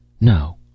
No